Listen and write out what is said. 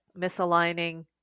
misaligning